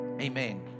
Amen